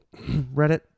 Reddit